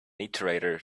iterator